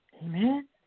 Amen